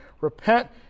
Repent